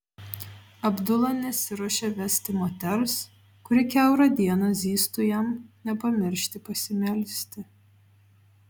abdula nesiruošė vesti moters kuri kiaurą dieną zyztų jam nepamiršti pasimelsti